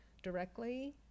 directly